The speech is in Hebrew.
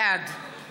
בעד